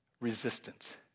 resistance